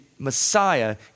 Messiah